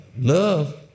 Love